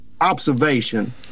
observation